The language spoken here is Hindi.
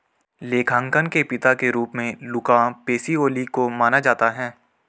लेखांकन के पिता के रूप में लुका पैसिओली को माना जाता है